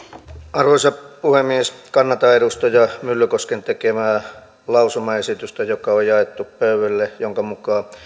arvoisa puhemies kannatan edustaja myllykosken tekemää lausumaesitystä joka on jaettu pöydille ja jonka mukaan